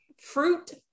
Fruit